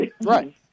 Right